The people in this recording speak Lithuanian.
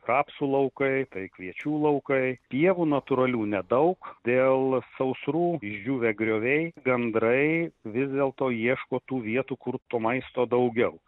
rapsų laukai tai kviečių laukai pievų natūralių nedaug dėl sausrų išdžiūvę grioviai gandrai vis dėlto ieško tų vietų kur to maisto daugiau